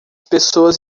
pessoas